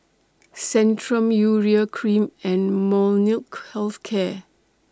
Centrum Urea Cream and Molnylcke Health Care